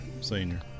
senior